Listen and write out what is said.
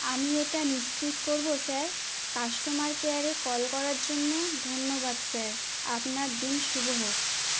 আমি এটা নিশ্চিত করবো স্যার কাস্টমার কেয়ারে কল করার জন্য ধন্যবাদ স্যার আপনার দিন শুভ হোক